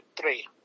three